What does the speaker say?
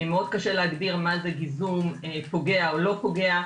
מאוד קשה להגדיר מה זה גיזום פוגע או לא פוגע,